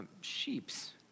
sheeps